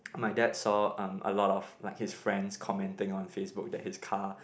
my dad saw a lot of like his friends commenting on FaceBook that his car